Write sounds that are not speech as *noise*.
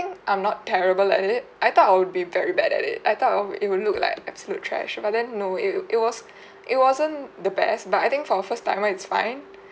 I'm not terrible at it I thought would be very bad at it I thought of it will look like absolute trash but then no it it was *breath* it wasn't the best but I think for a first timer it's fine *breath*